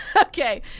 Okay